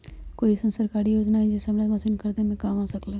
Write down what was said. कोइ अईसन सरकारी योजना हई जे हमरा मशीन खरीदे में काम आ सकलक ह?